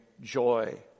joy